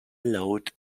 load